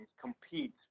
compete